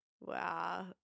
Wow